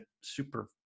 super